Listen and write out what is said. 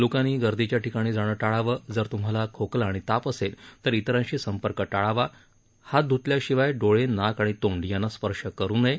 लोकांनी गर्दीच्या ठिकाणी जाणं टाळावं जर तुम्हाला खोकला आणि ताप असेल तर इतरांशी संपर्क टाळावा हात ध्तल्याशिवाय डोळे नाक आणि तोंड यांना स्पर्श करु नये